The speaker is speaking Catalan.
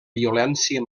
violència